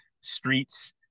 streets